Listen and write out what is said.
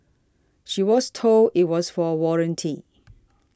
she was told it was for warranty